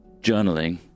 journaling